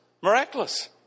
miraculous